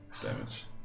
damage